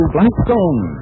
Blackstone